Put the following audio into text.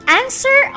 answer